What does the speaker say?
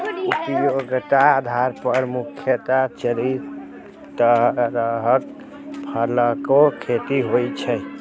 उपयोगक आधार पर मुख्यतः चारि तरहक फसलक खेती होइ छै